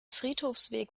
friedhofsweg